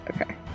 Okay